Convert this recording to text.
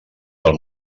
del